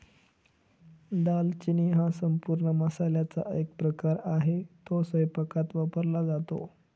दालचिनी हा संपूर्ण मसाल्याचा एक प्रकार आहे, तो स्वयंपाकात वापरला जातो